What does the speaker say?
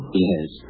Yes